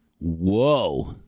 Whoa